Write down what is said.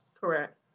Correct